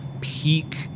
peak